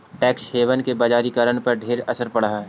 tax haven के बजारिकरण पर ढेर असर पड़ हई